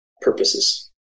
purposes